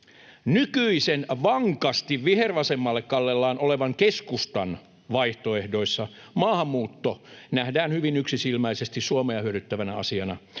Nykyisen, vankasti vihervasemmalle kallellaan olevan keskustan vaihtoehdoissa maahanmuutto nähdään hyvin yksisilmäisesti Suomea hyödyttävänä asiana.